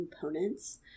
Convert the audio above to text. components